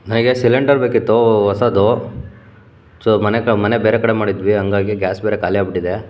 ನನಗೆ ಸಿಲಿಂಡರ್ ಬೇಕಿತ್ತು ಹೊಸದು ಸೊ ಮನೆ ಕ ಮನೆ ಬೇರೆ ಕಡೆ ಮಾಡಿದ್ವಿ ಹಾಗಾಗಿ ಗ್ಯಾಸ್ ಬೇರೆ ಖಾಲಿಯಾಗಿಬಿಟ್ಟಿದೆ